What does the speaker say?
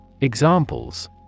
Examples